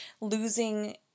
losing